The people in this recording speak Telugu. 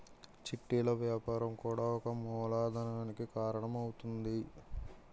చిట్టీలు వ్యాపారం కూడా ఒక మూలధనానికి కారణం అవుతుంది